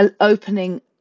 opening